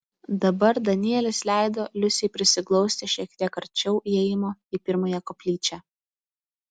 dabar danielis leido liusei prisiglausti šiek tiek arčiau įėjimo į pirmąją koplyčią